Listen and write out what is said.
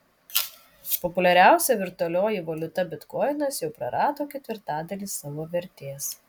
populiariausia virtualioji valiuta bitkoinas jau prarado ketvirtadalį savo vertės